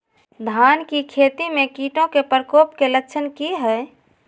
धान की खेती में कीटों के प्रकोप के लक्षण कि हैय?